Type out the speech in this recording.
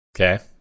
Okay